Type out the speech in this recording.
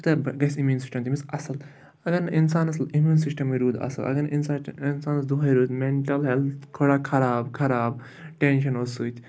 تیوٗتاہ گژھِ immune system تٔمِس اَصٕل اگر نہٕ اِنسانَس اِمیوٗن سِسٹَمٕے روٗد اَصٕل اگر نہٕ اِنسان اِنسانَس دوٚہَے روزِ مٮ۪نٹَل ہٮ۪لٕتھ تھوڑا خراب خراب ٹٮ۪نشَنو سۭتۍ